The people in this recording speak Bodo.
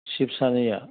चिफ सानैया